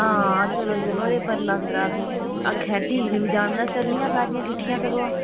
हां चलो चलो एह् परलै अंदरै दी आखरै दी इन बी जाना महा चलनी आं सारियां किट्ठियां सगुआं